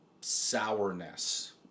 sourness